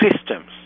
systems